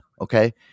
Okay